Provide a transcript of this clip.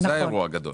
זה האירוע הגדול.